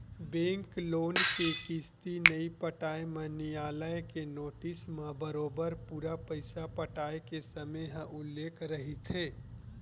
bank loan के किस्ती नइ पटाए म नियालय के नोटिस म बरोबर पूरा पइसा पटाय के समे ह उल्लेख रहिथे